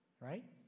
Right